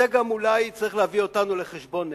זה גם אולי צריך להביא אותנו לחשבון נפש.